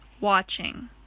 watching